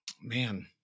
Man